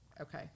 Okay